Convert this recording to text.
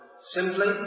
simply